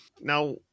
Now